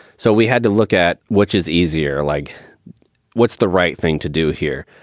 so we had to look at which is easier, like what's the right thing to do here?